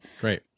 Great